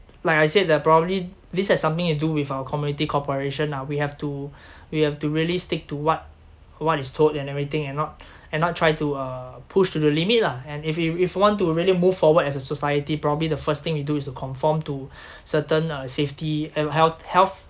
like I said they're probably this has something to do with our community cooperation lah we have to we have to really stick to what what is told and everything and not and not try to uh push to the limit lah and if we if want to really move forward as a society probably the first thing we do is to conform to certain uh safety and health health